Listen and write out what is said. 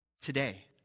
today